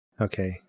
Okay